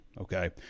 Okay